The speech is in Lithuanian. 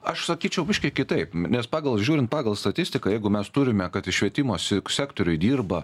aš sakyčiau biškį kitaip nes pagal žiūrint pagal statistiką jeigu mes turime kad į švietimo sektoriuj dirba